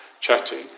chatting